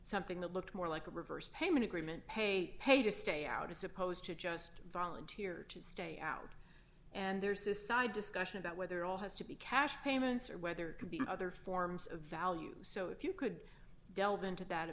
something that looked more like a reverse payment agreement pay pay to stay out as opposed to just volunteer to stay out and there's a side discussion about whether all has to be cash payments or whether it could be other forms of value so if you could delve into that a